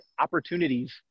opportunities